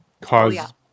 cause